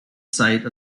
site